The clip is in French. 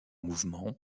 mouvements